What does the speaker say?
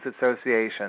Association